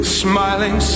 smiling